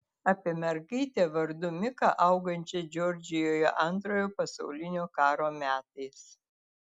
apie mergaitę vardu miką augančią džordžijoje antrojo pasaulinio karo metais